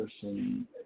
person